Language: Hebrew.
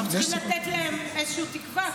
אנחנו צריכים לתת להם איזושהי תקווה.